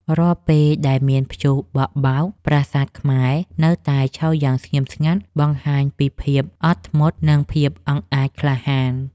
រាល់ពេលដែលមានព្យុះបក់បោក ប្រាសាទខ្មែរនៅតែឈរយ៉ាងស្ងៀមស្ងាត់បង្ហាញពីភាពអត់ធ្មត់ និង ភាពអង់អាចក្លាហាន។